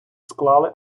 склали